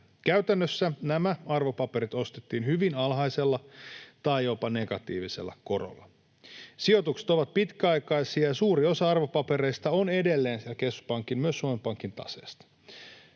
Käytännössä nämä arvopaperit ostettiin hyvin alhaisella tai jopa negatiivisella korolla. Sijoitukset ovat pitkäaikaisia, ja suuri osa arvopapereista on edelleen siellä keskuspankin, myös Suomen Pankin, taseessa,